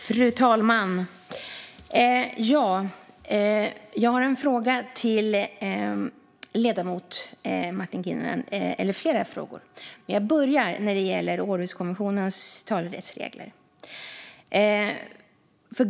Fru talman! Jag har flera frågor till ledamoten Martin Kinnunen, men jag börjar med en som gäller Århuskonventionens talerättsregler.